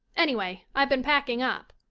anyway, i've been packing up.